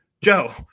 joe